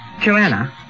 Joanna